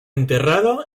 enterrado